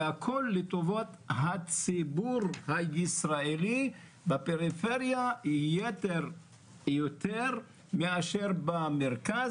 והכול לטובת הציבור הישראלי בפריפריה יותר מאשר במרכז.